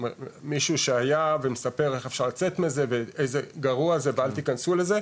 מישהו שהיה ומספר איך אפשר לצאת מזה ואיזה גרוע זה ואל תכנסו לזה,